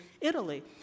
Italy